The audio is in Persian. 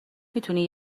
میتونی